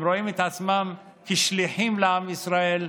הם רואים את עצמם כשליחים לעם ישראל,